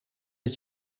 het